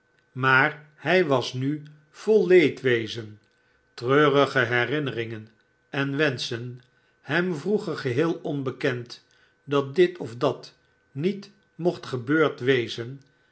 maar hij was nu vol leedwezen treurige herinneringen en wenschen hem vroeger geheel onbekend dat dit of dat met mocht gebeurd wezen